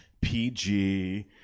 PG